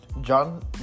John